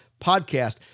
podcast